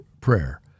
prayer